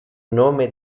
nome